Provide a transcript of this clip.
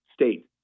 state